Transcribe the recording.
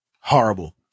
Horrible